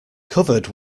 covered